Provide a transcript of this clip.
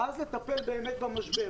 ואז לטפל במשבר,